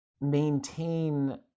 maintain